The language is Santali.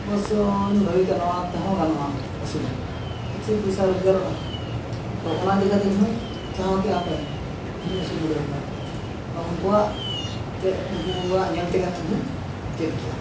ᱚᱵᱚᱥᱥᱳᱭ ᱤᱧ ᱵᱷᱟᱹᱜᱤ ᱠᱮᱜᱼᱟ ᱱᱚᱣᱟ ᱛᱮᱦᱚᱸ ᱜᱟᱱᱚᱜᱼᱟ ᱟᱹᱥᱩᱞᱚᱜ ᱠᱤᱪᱷᱩ ᱯᱚᱭᱥᱟ ᱨᱚᱡᱜᱟᱨᱚᱜᱼᱟ ᱟᱫᱚ ᱚᱱᱟ ᱤᱫᱤ ᱠᱟᱛᱮᱜ ᱤᱧᱦᱚᱸᱧ ᱪᱟᱦᱟᱣ ᱠᱮᱜᱼᱟᱯᱮ ᱤᱧᱦᱚᱸᱧ ᱟᱹᱥᱩᱞ ᱵᱤᱰᱟᱹᱣ ᱠᱚᱣᱟ ᱩᱱᱠᱩᱣᱟᱜ ᱪᱮᱫ ᱩᱱᱠᱩᱭᱟᱜ ᱧᱮᱞᱛᱮᱜᱮ ᱤᱧᱦᱚᱸᱧ ᱪᱮᱫ ᱠᱮᱜᱼᱟ